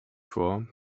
vor